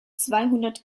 zweihundert